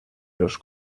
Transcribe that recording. los